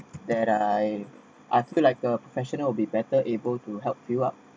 that I I feel like a professional will be better able to help fill up